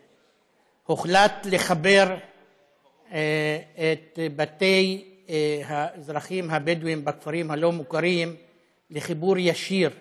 שהוחלט לחבר את בתי האזרחים הבדואים בכפרים הלא-מוכרים חיבור ישיר למים.